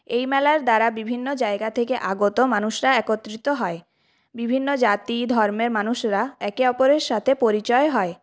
এই মেলার দ্বারা বিভিন্ন জায়গা থেকে আগত মানুষরা একত্রিত হয় বিভিন্ন জাতি ধর্মের মানুষরা একে অপরের সাথে পরিচয় হয়